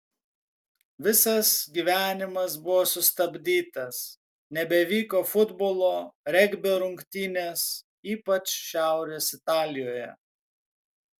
visas gyvenimas buvo sustabdytas nebevyko futbolo regbio rungtynės ypač šiaurės italijoje